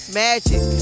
magic